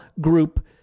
group